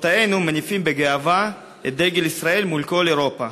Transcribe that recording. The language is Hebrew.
ספורטאינו מניפים בגאווה את דגל ישראל מול כל אירופה.